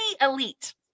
elite